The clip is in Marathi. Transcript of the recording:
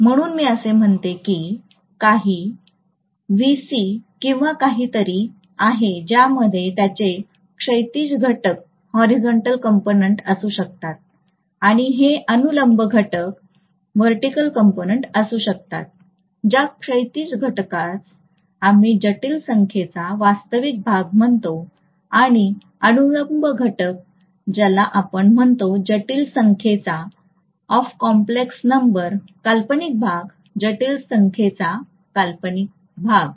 म्हणूनच मी असे म्हणते की हे काही किंवा काहीतरी आहे ज्यामध्ये त्याचे क्षैतिज घटक असू शकतात आणि हे अनुलंब घटक असू शकतात ज्या क्षैतिज घटकास आम्ही जटिल संख्येचा वास्तविक भाग म्हणतो आणि अनुलंब घटक ज्याला आपण म्हणतो जटिल संख्येचा काल्पनिक भाग जटिल संख्येचा काल्पनिक भाग